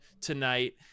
tonight